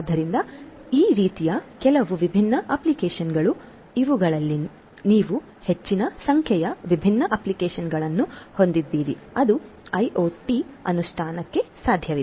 ಆದ್ದರಿಂದ ಈ ರೀತಿಯ ಕೆಲವು ವಿಭಿನ್ನ ಅಪ್ಲಿಕೇಶನ್ಗಳು ಇವುಗಳಲ್ಲಿ ನೀವು ಹೆಚ್ಚಿನ ಸಂಖ್ಯೆಯ ವಿಭಿನ್ನ ಅಪ್ಲಿಕೇಶನ್ಗಳನ್ನು ಹೊಂದಿದ್ದೀರಿ ಅದು ಐಒಟಿ ಅನುಷ್ಠಾನಕ್ಕೆ ಸಾಧ್ಯವಿದೆ